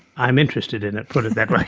i'm interested in it, put it that way.